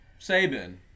Saban